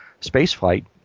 spaceflight